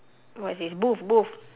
what is this booth booth